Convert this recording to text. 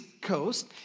coast